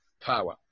power